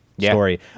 story